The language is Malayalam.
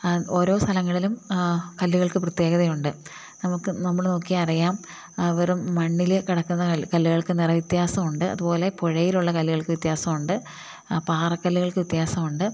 ഓരോ സ്ഥലങ്ങളിലും കല്ലുകൾക്ക് പ്രത്യേകതയുണ്ട് നമുക്ക് നമ്മൾ നോക്കിയാൽ അറിയാം വെറും മണ്ണിൽ കിടക്കുന്ന കല്ലുകൾക്ക് നിറ വ്യത്യാസമുണ്ട് അതുപോലെ പുഴയിലുള്ള കല്ലുകൾക്ക് വ്യത്യാസം ഉണ്ട് പാറക്കല്ലുകൾക്ക് വ്യത്യാസം ഉണ്ട്